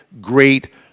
great